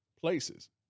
places